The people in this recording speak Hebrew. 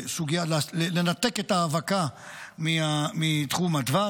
סוגיה, לנתק את ההאבקה מתחום הדבש.